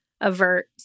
avert